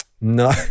No